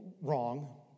Wrong